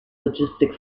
logistic